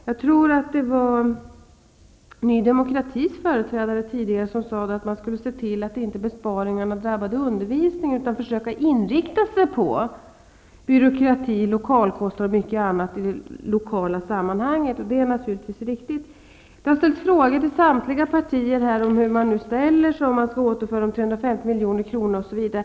Jag tror att det var företrädaren för Ny Demokrati som tidigare sade att man skulle se till att besparingarna inte drabbar undervisningen. I stället skulle man försöka inrikta sig på byråkratin, lokalkostnaderna och mycket annat i det sammanhanget. Det är naturligtvis riktigt. Samtliga partier har fått frågan hur man ställer sig till ett återförande av de 350 miljonerna osv.